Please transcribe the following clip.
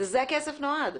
לזה הכסף נועד.